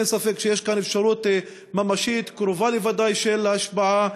אין ספק שיש כאן אפשרות ממשית קרובה לוודאי שאין לה השפעה.